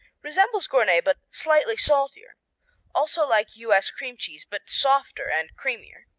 resembles gournay but slightly saltier also like u s. cream cheese, but softer and creamier.